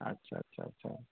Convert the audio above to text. আচ্ছা আচ্ছা আচ্ছা